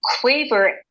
quaver